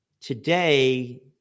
Today